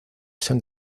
san